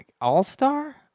all-star